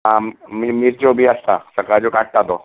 आ मि मिरच्यो बी आसता सकाळचे काडटा तो